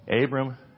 Abram